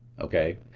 okay